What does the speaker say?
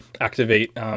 activate